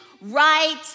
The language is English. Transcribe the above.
right